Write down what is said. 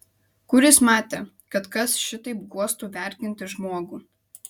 kur jis matė kad kas šitaip guostų verkiantį žmogų